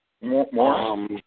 more